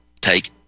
take